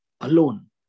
alone